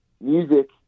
music